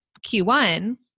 Q1